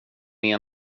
med